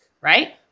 right